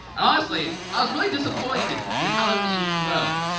honestly, i was really disappointed in halloween h two um